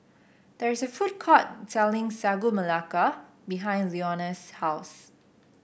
there is a food court selling Sagu Melaka behind Leonia's house